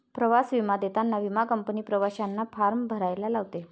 प्रवास विमा देताना विमा कंपनी प्रवाशांना फॉर्म भरायला लावते